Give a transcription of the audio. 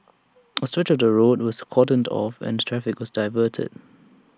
A stretch of the road was cordoned off and traffic was diverted